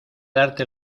darte